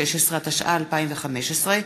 התשע"ו 2015,